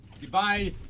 Goodbye